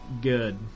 Good